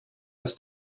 aus